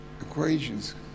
equations